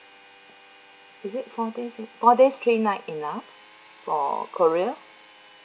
is it four days four days three night enough for korea